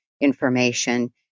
information